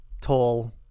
tall